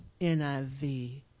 NIV